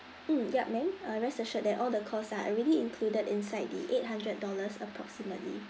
mm yup ma'am uh rest assured that all the costs are already included inside the eight hundred dollars approximately